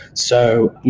so,